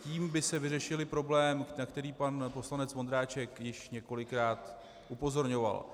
Tím by se vyřešil i problém, na který pan poslanec Ondráček již několikrát upozorňoval.